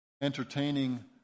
entertaining